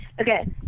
Okay